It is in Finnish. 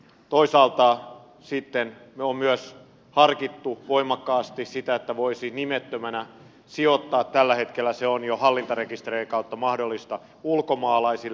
toisaalta me olemme myös harkinneet voimakkaasti sitä että voisi nimettömänä sijoittaa ja tällä hetkellä se on jo hallintarekisterien kautta mahdollista ulkomaalaisille